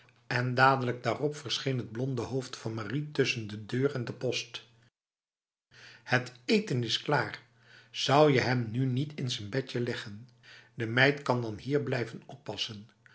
en dadelijk daarop verscheen het blonde hoofd van marie tussen de deur en de post het eten is klaar zou je hem nu niet in z'n bedje leggen de meid kan dan hier blijven oppassen